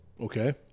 Okay